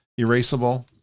erasable